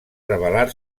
rebel·lar